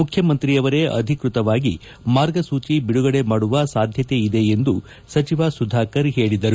ಮುಖ್ಯಮಂತ್ರಿಯವರೇ ಅಧಿಕೃತವಾಗಿ ಮಾರ್ಗಸೂಚಿ ಬಿಡುಗಡೆ ಮಾಡುವ ಸಾಧ್ಯತೆಯಿದೆ ಎಂದು ಸಚಿವ ಸುಧಾಕರ್ ಪೇಳಿದರು